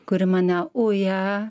kuri mane uja